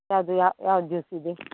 ಯಾವುದು ಯಾವ ಯಾವ ಜ್ಯೂಸ್ ಇದೆ